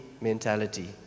mentality